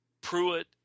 Pruitt